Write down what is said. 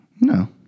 No